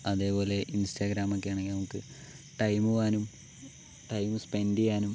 അതുപോലെ ഇൻസ്റ്റാഗ്രാമൊക്കെയാണെങ്കിൽ നമുക്ക് ടൈം പോവാനും ടൈം സ്പെൻഡ് ചെയ്യാനും